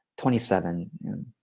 27